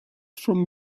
from